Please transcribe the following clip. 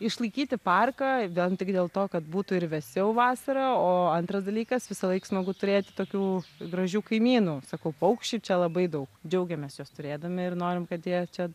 išlaikyti parką vien tik dėl to kad būtų ir vėsiau vasarą o antras dalykas visąlaik smagu turėti tokių gražių kaimynų sakau paukščių čia labai daug džiaugiamės juos turėdami ir norim kad jie čia